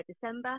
December